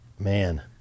Man